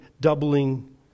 doubling